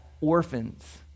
orphans